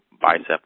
bicep